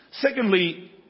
Secondly